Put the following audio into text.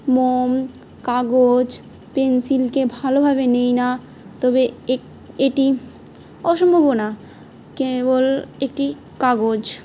মোম কাগজ পেন্সিলকে ভালোভাবে নেই না তবে এটি অসম্ভব না কেবল একটি কাগজ